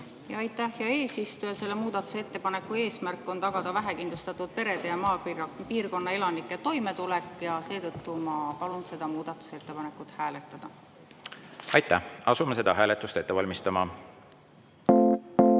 Aitäh, hea eesistuja! Selle muudatusettepaneku eesmärk on tagada vähekindlustatud perede ja maapiirkonna elanike toimetulek ja seetõttu ma palun seda muudatusettepanekut hääletada. Aitäh! Asume seda hääletust ette valmistama.